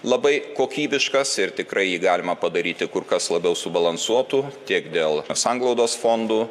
labai kokybiškas ir tikrai jį galima padaryti kur kas labiau subalansuotu tiek dėl sanglaudos fondų